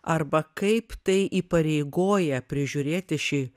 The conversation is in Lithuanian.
arba kaip tai įpareigoja prižiūrėti šį